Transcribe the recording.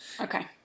Okay